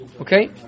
Okay